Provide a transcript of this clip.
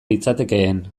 litzatekeen